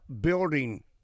building